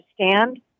understand